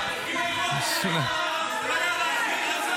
--- הוא לא ירד.